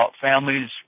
families